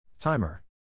Timer